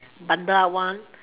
bundle up one